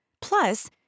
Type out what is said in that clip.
Plus